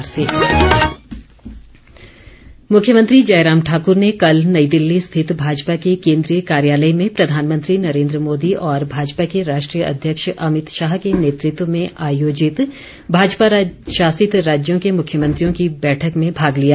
मुख्यमंत्री मुख्यमंत्री जयराम ठाकुर ने कल नई दिल्ली स्थित भाजपा के केंद्रीय कार्यालय में प्रधानमंत्री नरेंद्र मोदी और भाजपा के राष्ट्रीय अध्यक्ष अमित शाह के नेतृत्व में आयोजित भाजपा शासित राज्य के मुख्यमंत्रियों की बैठक में भाग लिया